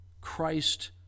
christ